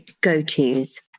go-to's